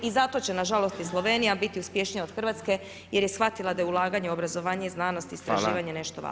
I zato će na žalost i Slovenija biti uspješnija od Hrvatske jer je shvatila da je ulaganje u obrazovanje, znanost, istraživanje nešto važno.